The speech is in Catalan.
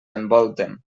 envolten